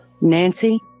Nancy